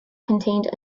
contained